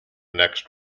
next